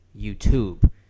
YouTube